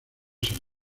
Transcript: san